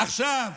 עכשיו,